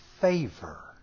favor